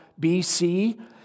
bc